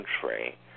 country